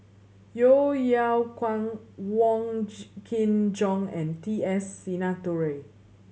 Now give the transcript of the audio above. Yeo Yeow Kwang Wong Kin Jong and T S Sinnathuray